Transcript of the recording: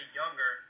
younger